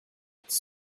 its